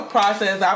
process